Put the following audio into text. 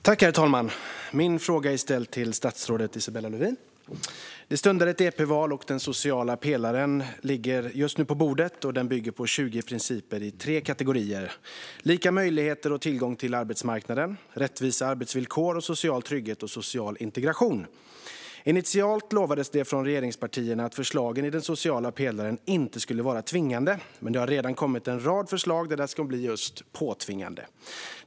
Herr talman! Min fråga ställs till statsrådet Isabella Lövin. Det stundar ett EP-val, och den sociala pelaren ligger just nu på bordet. Den bygger på 20 principer i tre kategorier: lika möjligheter och tillgång till arbetsmarknaden, rättvisa arbetsvillkor samt social trygghet och social integration. Initialt lovade regeringspartierna att förslagen i den sociala pelaren inte skulle vara tvingande, men det har redan kommit en rad förslag som blir just påtvingade.